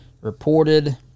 reported